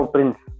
Prince